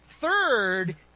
third